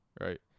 right